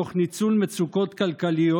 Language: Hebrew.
תוך ניצול מצוקות כלכליות,